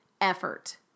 effort